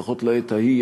לפחות לעת ההיא,